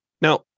Now